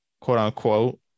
quote-unquote